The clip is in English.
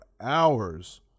hours